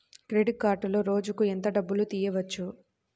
Credit కార్డులో రోజుకు ఎంత డబ్బులు తీయవచ్చు?